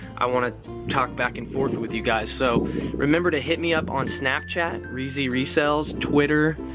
i want to talk back and forth with you guys, so remember to hit me up on snapchat reezy resells. twitter,